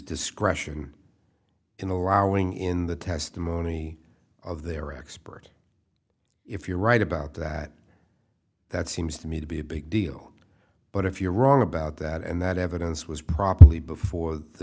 discretion in allowing in the testimony of their expert if you're right about that that seems to me to be a big deal but if you're wrong about that and that evidence was properly before the